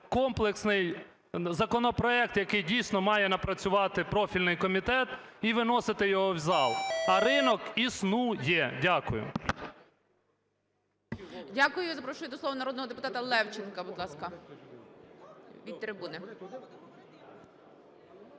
комплексний законопроект, який дійсно має напрацювати профільний комітет і виносити його в зал. А ринок існує. Дякую.